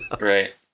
right